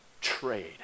trade